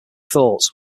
thought